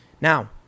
Now